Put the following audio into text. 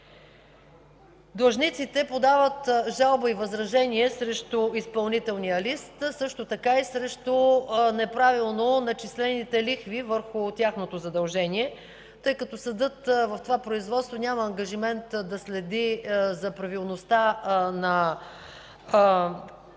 длъжници. Те подават жалба и възражение срещу изпълнителния лист, а също така и срещу неправилно начислените лихви върху тяхното задължение. Тъй като съдът в това производство няма ангажимент да следи за правилността на осчетоводяване